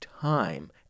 time